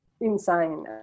insane